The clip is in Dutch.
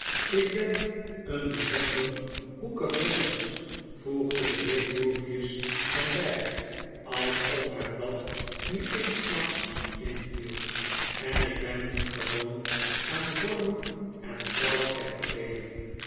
ik ben een byzonder hoekig mensch voegde de heer grewgious er by alsof hem dat nu eensklaps inviel en ik ben niet gewoon aan vormen en